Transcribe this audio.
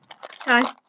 Hi